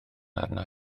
arna